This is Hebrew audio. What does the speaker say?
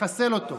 לחסל אותו.